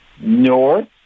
North